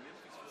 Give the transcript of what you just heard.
תוצאות